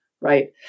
right